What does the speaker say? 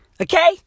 Okay